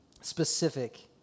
specific